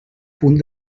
punt